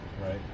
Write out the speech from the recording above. right